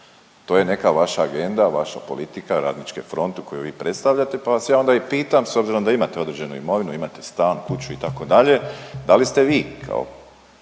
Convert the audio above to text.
To je neka vaša agenda, vaša politika Radničke fronte koju vi predstavljate pa vas ja onda i pitam s obzirom da imate određenu imovinu, imate stan, kuću itd. da li ste vi kao